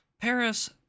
Paris